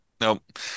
Nope